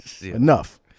enough